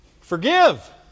forgive